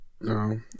No